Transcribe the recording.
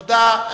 תודה.